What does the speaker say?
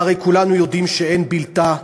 והרי כולנו יודעים שאין בלתה.